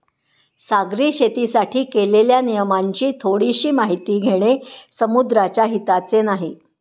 सागरी शेतीसाठी केलेल्या नियमांची थोडीशी माहिती घेणे समुद्राच्या हिताचे नाही